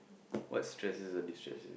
what stresses or distresses